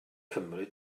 cymryd